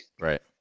Right